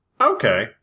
Okay